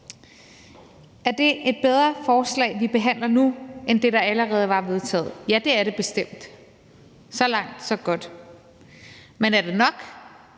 Er det et bedre forslag, vi behandler nu, end det, der allerede er vedtaget? Ja, det er det bestemt. Så langt, så godt. Men er det nok?